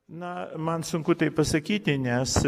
na man sunku tai pasakyti nes